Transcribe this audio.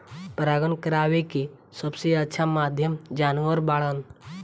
परागण करावेके सबसे अच्छा माध्यम जानवर बाड़न